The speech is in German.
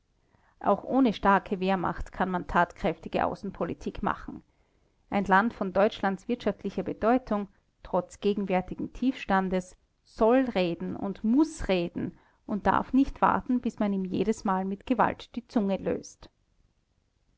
auch ohne starke wehrmacht kann man tatkräftige außenpolitik machen ein land von deutschlands wirtschaftlicher bedeutung trotz gegenwärtigen tiefstandes soll reden und muß reden und darf nicht warten bis man ihm jedesmal mit gewalt die zunge löst